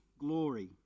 glory